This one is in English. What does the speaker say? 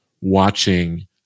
watching